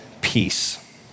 peace